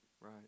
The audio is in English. right